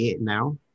now